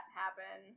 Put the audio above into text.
happen